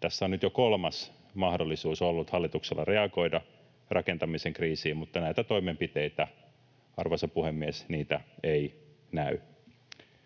Tässä on nyt jo kolmas mahdollisuus ollut hallituksella reagoida rakentamisen kriisiin, mutta näitä toimenpiteitä, arvoisa puhemies, ei näy.